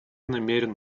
намерен